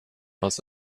aus